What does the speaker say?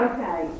Okay